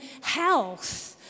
health